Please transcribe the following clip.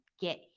get